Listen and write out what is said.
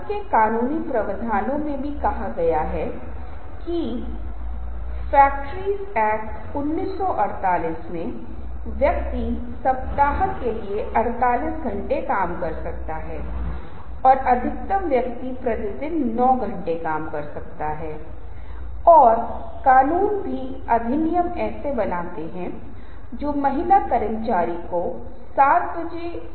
विश्वसनीयता इसलिए यह व्यक्ति जो कुछ भी कह रहा है वह समझ में आता है भले ही हम कहें कि उस व्यक्ति के पास आकर्षण है भले ही वह व्यक्ति बहुत लोकप्रिय लेकिन यदि यह व्यक्ति कहता है कि चोरी करना अच्छा है तो विश्वसनीयता स्पष्ट रूप से समझौता की जाती है आप इस तरह के एक बयान को स्वीकार करने से पहले 5 बार सोचेंगे ताकि वे सभी एकीकृत हों वे सभी एक साथ जुड़े हुए हैं